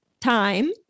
time